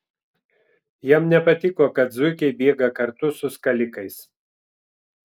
jam nepatiko kad zuikiai bėga kartu su skalikais